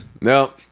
No